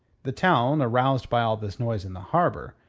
the town, aroused by all this noise in the harbour,